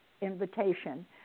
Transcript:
invitation